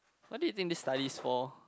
what do you think this study is for